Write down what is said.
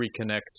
reconnect